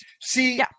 See